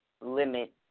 limit